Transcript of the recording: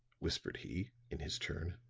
whispered he, in his turn.